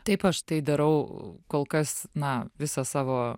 taip aš tai darau kol kas na visą savo